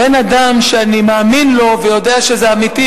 ואין אדם שאני מאמין לו ויודע שזה אמיתי,